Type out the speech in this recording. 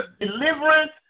deliverance